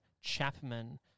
Chapman